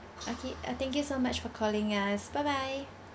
okay uh thank you so much for calling us bye bye